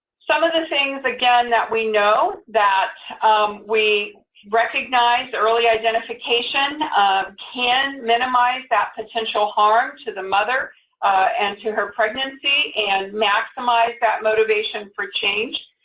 some of the things, again, that we know, that we recognize, early identification can minimize that potential harm to the mother and to her pregnancy and maximize that motivation for change.